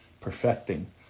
perfecting